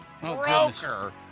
broker